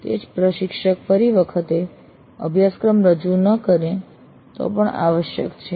તે જ પ્રશિક્ષક ફરી વખતે અભ્યાસક્રમ રજૂ ન કરે તો પણ આ આવશ્યક છે